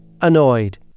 annoyed